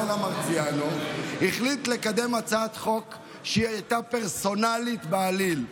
יורם מרציאנו החליט לקדם הצעת חוק שהיא הייתה פרסונלית בעליל,